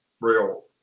real